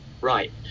Right